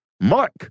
Mark